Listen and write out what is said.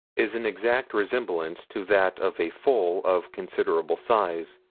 is an exact resemblance to that of a foal of considerable size,